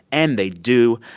and they do.